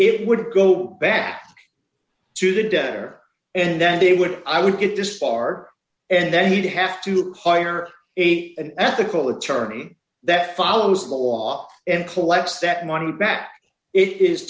it would go back to the debtor and then they would i would get this far and then he'd have to hire an ethical attorney that follows the law and collects that money back it is